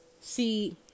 See